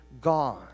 God